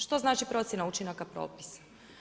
Što znači procjena učinaka propisa?